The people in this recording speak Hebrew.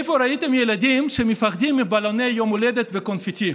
איפה ראיתם ילדים שמפחדים מבלוני יום הולדת וקונפטי?